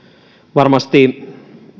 varmasti